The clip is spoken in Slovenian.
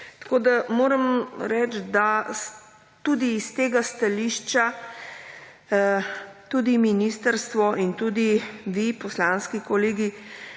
Tako da moram reči, da tudi iz tega stališča tudi ministrstvo in tudi vi, poslanski kolegi